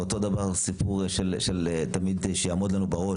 אותו דבר סיפור שתמיד יעמוד לנו בראש,